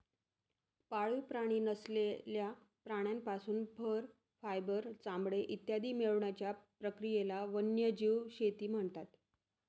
पाळीव प्राणी नसलेल्या प्राण्यांपासून फर, फायबर, चामडे इत्यादी मिळवण्याच्या प्रक्रियेला वन्यजीव शेती म्हणतात